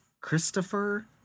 Christopher